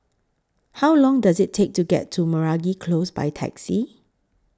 How Long Does IT Take to get to Meragi Close By Taxi